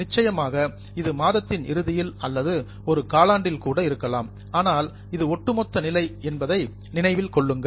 நிச்சயமாக இது மாதத்தின் இறுதியில் அல்லது ஒரு காலாண்டில் கூட இருக்கலாம் ஆனால் இது ஒட்டுமொத்த நிலை என்பதை நினைவில் கொள்ளுங்கள்